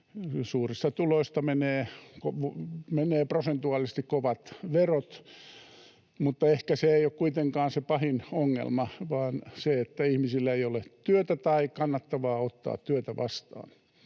Suurista tuloista menee prosentuaalisesti kovat verot, mutta ehkä se ei ole kuitenkaan se pahin ongelma, vaan se, että ihmisillä ei ole työtä tai ettei ole kannattavaa ottaa työtä vastaan.